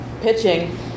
pitching